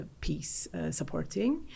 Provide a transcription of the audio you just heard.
peace-supporting